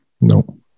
no